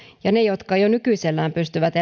ja ne jotka jo nykyisellään pystyvät